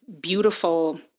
beautiful